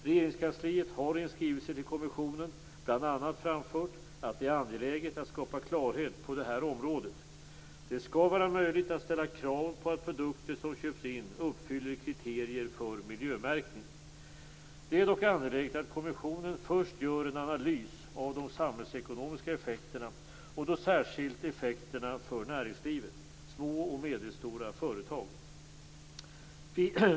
Regeringskansliet har i en skrivelse till kommissionen bl.a. framfört att det är angeläget att skapa klarhet på det här området. Det skall vara möjligt att ställa krav på att produkter som köps in uppfyller kriterier för miljömärkning. Det är dock angeläget att kommissionen först gör en analys av de samhällsekonomiska effekterna och särskilt då effekterna för näringslivet, små och medelstora företag.